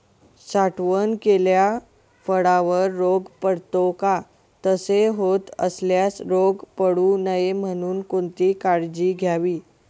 साठवण केलेल्या फळावर रोग पडतो का? तसे होत असल्यास रोग पडू नये म्हणून कोणती काळजी घ्यावी?